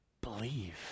Believe